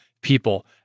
people